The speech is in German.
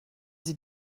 sie